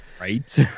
Right